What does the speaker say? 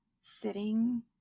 sitting